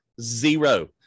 zero